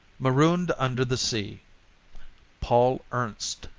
marooned under the sea paul ernst